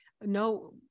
No